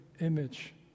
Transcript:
image